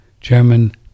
German